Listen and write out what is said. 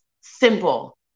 simple